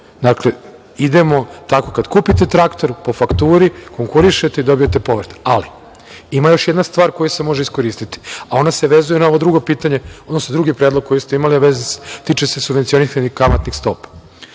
Dakle, idemo tako. Kad kupite traktor po fakturi, konkurišete i dobijete povratno. Ima još jedna stvar koja se može iskoristiti, a ona se vezuje na ovo drugo pitanje, odnosno drugi predlog koji ste imali a tiče se subvencionisanih kamatnih stopa.